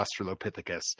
australopithecus